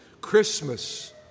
Christmas